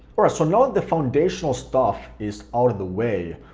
all right, so now that the foundational stuff is out of the way,